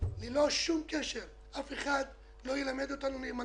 ללא שום קשר, אף אחד לא ילמד אותנו נאמנות.